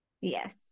yes